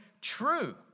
true